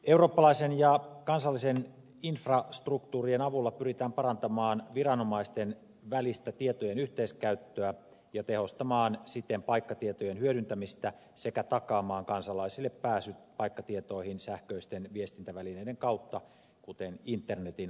eurooppalaisen ja kansallisten infrastruktuurien avulla pyritään parantamaan viranomaisten välistä tietojen yhteiskäyttöä ja tehostamaan siten paikkatietojen hyödyntämistä sekä takaamaan kansalaisille pääsy paikkatietoihin sähköisten viestintävälineiden kautta kuten internetin avulla